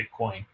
Bitcoin